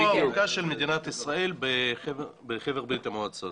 הזרוע הארוכה של מדינת ישראל בחבר ברית המועצות.